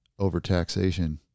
overtaxation